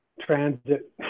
transit